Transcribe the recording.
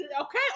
okay